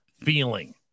feeling